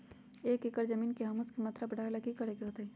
एक एकड़ जमीन में ह्यूमस के मात्रा बढ़ावे ला की करे के होतई?